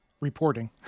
reporting